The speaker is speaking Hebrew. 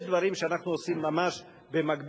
יש דברים שאנחנו עושים ממש במקביל.